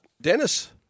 Dennis